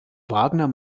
wagner